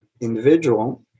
individual